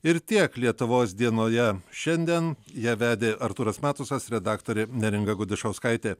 ir tiek lietuvos dienoje šiandien ją vedė artūras matusas redaktorė neringa gudišauskaitė